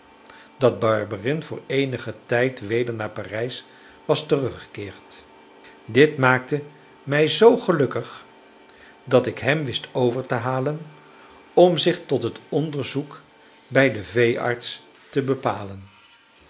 dat barberin voor eenigen tijd weder naar parijs was teruggekeerd dit maakte mij z gelukkig dat ik hem wist over te halen om zich tot het onderzoek bij den veearts te bepalen